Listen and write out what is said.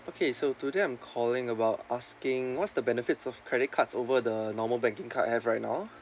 okay so today I'm calling about asking what's the benefits of credit cards over the normal banking card I have right now